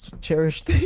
cherished